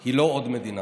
לא, לא, לא קורא בשמות